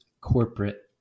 corporate